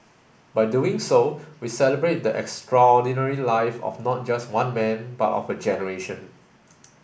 by doing so we celebrate the extraordinary life of not just one man but of a generation